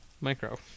Micro